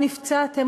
או נפצעתם,